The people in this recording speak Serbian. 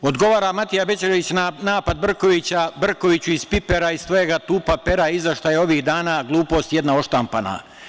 Odgovara Matija Bećković na napad Brkovića - Brkoviću, iz pipera, iz tvojega tupa pera, izašla je ovih dana glupost jedna odštampana.